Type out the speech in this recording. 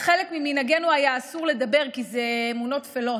על חלק ממנהגינו היה אסור לדבר כי אלה אמונות תפלות.